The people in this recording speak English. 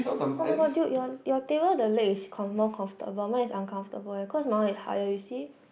oh no no dude your your table the leg is com more comfortable mine is uncomfortable because my one is higher you see